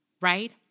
right